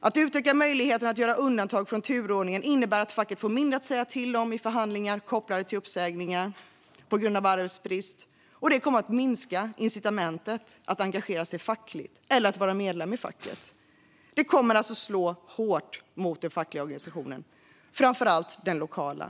Att utöka möjligheten att göra undantag från turordningen innebär att facket får mindre att säga till om i förhandlingar kopplade till uppsägningar på grund av arbetsbrist, och det kommer att minska incitamentet att engagera sig fackligt, eller att vara medlem i facket. Detta kommer att slå hårt mot den fackliga organisationen, framför allt den lokala.